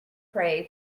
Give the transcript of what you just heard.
pray